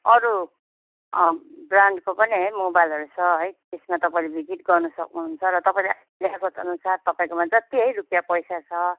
अरू ब्रान्डको पनि है मोबाइलहरू छ है त्यसमा तपाईँले भिजिट गर्न सक्नुहुन्छ र तपाईँको ल्याकतअनुसार तपाईँकोमा जत्ति है रुपियाँ पैसा छ